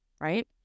right